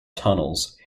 tunnels